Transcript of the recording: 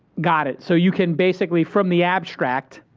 got it. so you can, basically, from the abstract,